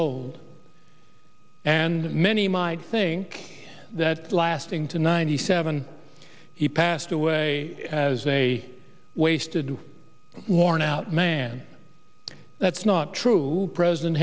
old and many might think that lasting to ninety seven he passed away as a wasted worn out man that's not true president